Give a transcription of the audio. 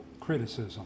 criticism